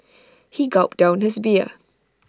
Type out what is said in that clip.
he gulped down his beer